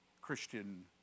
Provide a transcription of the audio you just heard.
Christian